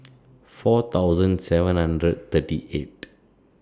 four thousand seven hundred thirty eight